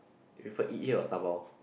you prefer eat here or dabao